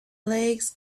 legs